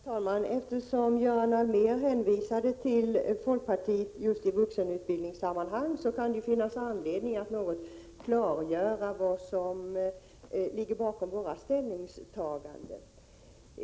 Herr talman! Eftersom Göran Allmér hänvisade till folkpartiet i vuxenutbildningssammanhang, kan det ju finnas anledning att något klargöra vad som ligger bakom våra ställningstaganden.